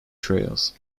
trails